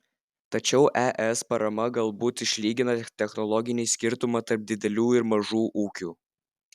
tačiau es parama galbūt išlygina technologinį skirtumą tarp didelių ir mažų ūkių